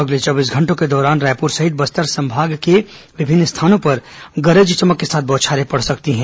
अगले चौबीस घंटों के दौरान रायपुर सहित बस्तर संभाग के विभिन्न स्थानों पर गरज चमक के साथ बौछारें पड़ सकती हैं